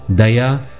daya